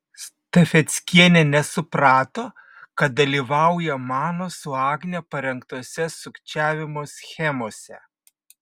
stafeckienė nesuprato kad dalyvauja mano su agne parengtose sukčiavimo schemose